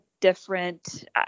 different